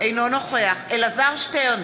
אינו נוכח אלעזר שטרן,